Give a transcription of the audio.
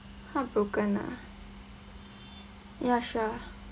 heartbroken ah ya sure